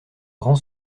grand